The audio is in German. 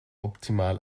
optimal